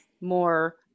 more